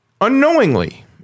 Unknowingly